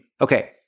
okay